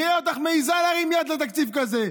נראה אותך מעיזה להרים יד על תקציב כזה.